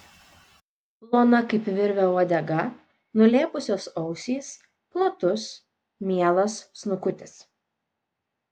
plona kaip virvė uodega nulėpusios ausys platus mielas snukutis